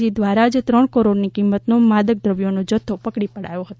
જી દ્રારા જ ત્રણ કરોડની કિંમતનો માદક દ્રવ્યોનો જથ્થો પકડી પાડ્યો હતો